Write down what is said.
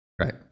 Right